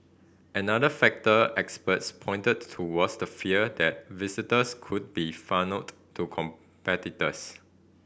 another factor experts pointed to was the fear that visitors could be funnelled to competitors